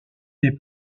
des